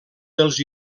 dels